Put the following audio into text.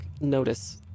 notice